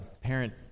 parent